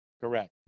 Correct